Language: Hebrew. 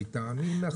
מטעמים אחרים.